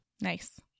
Nice